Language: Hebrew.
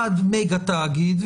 אחד מגה תאגיד,